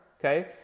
Okay